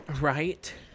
Right